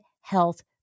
health